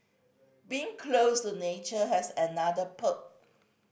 being close to nature has another perk